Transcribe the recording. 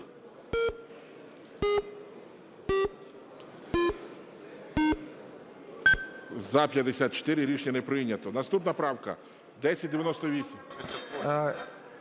За-54 Рішення не прийнято. Наступна правка 1098.